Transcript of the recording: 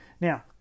Now